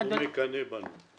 הוא מקנא בנו.